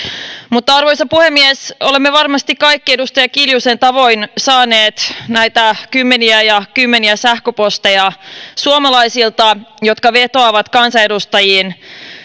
mutta arvoisa puhemies olemme varmasti kaikki edustaja kiljusen tavoin saaneet näitä kymmeniä ja kymmeniä sähköposteja suomalaisilta jotka vetoavat kansanedustajiin